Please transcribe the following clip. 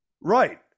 Right